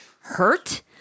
hurt